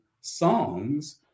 songs